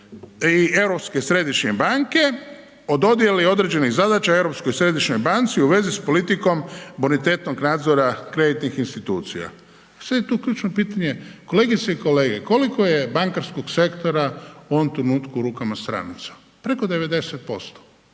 i Europske središnje banke o dodjeli određenih zadaća Europskoj središnjoj banci u vezi s politikom bonitetnog nadzora kreditnih institucija. Sad je tu ključno pitanje, kolegice i kolege, koliko je bankarskog sektora u ovom trenutku u rukama stranaca, preko 90%,